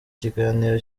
ikiganiro